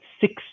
six